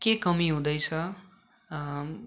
के कमी हुँदैछ